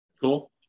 Cool